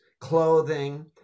clothing